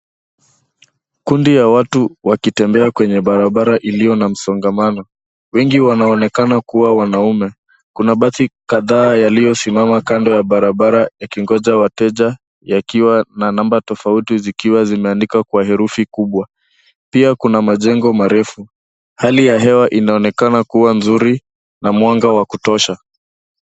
Kundi la watu wakitembea kwenye barabara iliyo na msongamano. Wengi wanaonekana kuwa wanaume. Kuna basi kadhaa yaliyosimama kando ya barabara, yakingoja wateja, yakiwa na nambari tofauti zikiwa zimeandikwa kwa herufi kubwa. Pia, kuna majengo marefu. Hali ya hewa inaonekana kuwa nzuri, na mwanga wa kutosha.